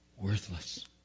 worthless